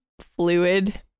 fluid